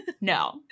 No